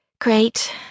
Great